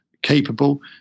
capable